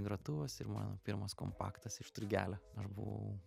grotuvas ir mano pirmas kompaktas iš turgelio aš buvau